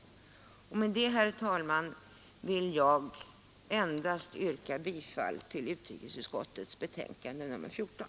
Med detta vill jag, herr talman, yrka bifall till utrikesutskottets hemställan i betänkandet nr 14.